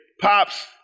pops